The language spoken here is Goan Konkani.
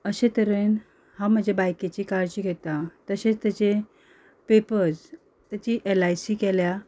अशे तरेन हांव म्हजे बायकेची काळजी घेता तशेंच तेजी पेपर्स तेजी एल आय सी केल्या